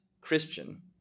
Christian